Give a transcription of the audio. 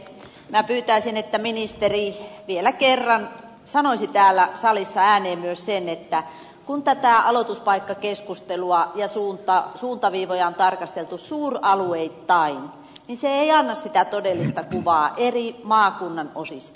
minä pyytäisin että ministeri vielä kerran sanoisi täällä salissa ääneen myös sen että kun tätä aloituspaikkakeskustelua ja näitä suuntaviivoja on tarkasteltu suuralueittain niin se ei anna sitä todellista kuvaa eri maakunnan osista